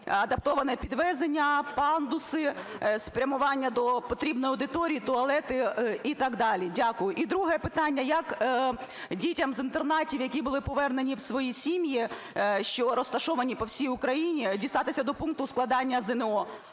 адаптоване підвезення, пандуси, спрямування до потрібної аудиторії, туалети і так далі. Дякую. І друге питання. Як дітям з інтернатів, які були повернені в свої сім'ї, що розташовані по всій Україні, дістатися до пункту складання ЗНО?